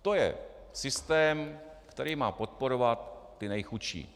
To je systém, který má podporovat ty nejchudší.